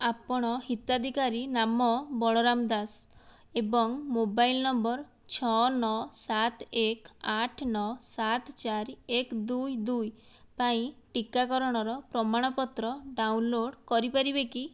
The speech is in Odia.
ଆପଣ ହିତାଧିକାରୀ ନାମ ବଳରାମ ଦାସ ଏବଂ ମୋବାଇଲ୍ ନମ୍ବର ଛଅ ନ ସାତ ଏକ ଆଠ ନ ସାତ ଚାର ଏକ ଦୁଇ ଦୁଇ ପାଇଁ ଟିକାକରଣର ପ୍ରମାଣପତ୍ର ଡାଉନଲୋଡ଼୍ କରିପାରିବେ କି